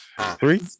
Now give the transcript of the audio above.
Three